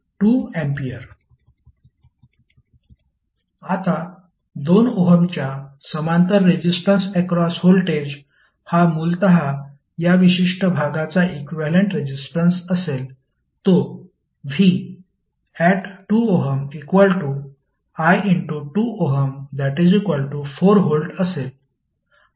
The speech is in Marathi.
iVReq1262A आता 2 ओहमच्या समांतर रेजिस्टन्स अक्रॉस व्होल्टेज हा मूलत या विशिष्ट भागाचा इक्विव्हॅलेंट रेजिस्टन्स असेल तो v2Ωi2Ω4 V असेल